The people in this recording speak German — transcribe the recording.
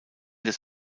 des